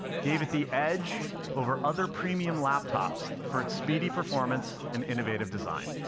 gave it the edge over other premium laptops for its speedy performance and innovative design.